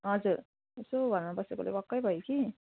हजुर यसो घरमा बसेकोले वाक्कै भयो कि